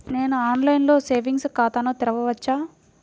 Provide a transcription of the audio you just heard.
నేను ఆన్లైన్లో సేవింగ్స్ ఖాతాను తెరవవచ్చా?